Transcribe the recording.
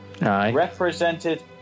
represented